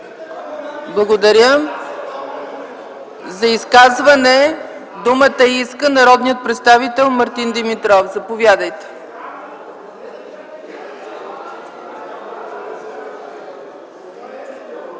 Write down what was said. Благодаря. За изказване думата има народният представител Мартин Димитров. Заповядайте.